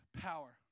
power